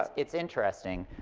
it's interesting.